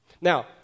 Now